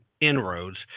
inroads